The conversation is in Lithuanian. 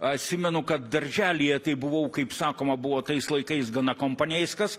atsimenu kad darželyje tai buvau kaip sakoma buvo tais laikais gana komponeiskas